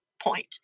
point